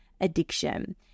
addiction